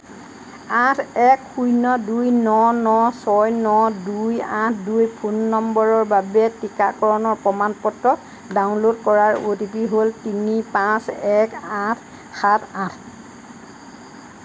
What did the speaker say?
আঠ এক শূন্য দুই ন ন ছয় ন দুই আঠ ন ফোন নম্বৰৰ বাবে টীকাকৰণৰ প্ৰমাণ পত্ৰ ডাউনলোড কৰাৰ অ' টি পি হ'ল তিনি পাঁচ এক আঠ সাত আঠ